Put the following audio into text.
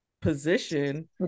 position